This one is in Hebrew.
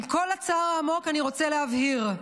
עם כל הצער העמוק אני רוצה להבהיר,